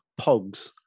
pogs